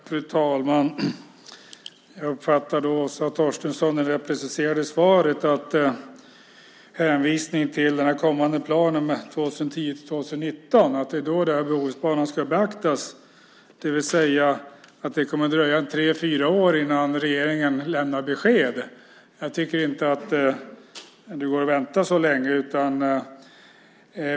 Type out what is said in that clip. Fru talman! Jag uppfattar att Åsa Torstensson i svaret hänvisar till den kommande planen för 2010-2019, att det är då Bohusbanan ska beaktas. Det vill säga att det kommer att dröja tre fyra år innan regeringen lämnar besked. Jag tycker inte att det går att vänta så länge.